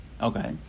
Okay